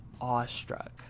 awestruck